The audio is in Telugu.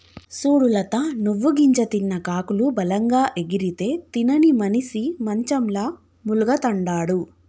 సూడు లత నువ్వు గింజ తిన్న కాకులు బలంగా ఎగిరితే తినని మనిసి మంచంల మూల్గతండాడు